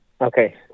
Okay